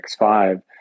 X5